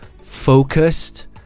Focused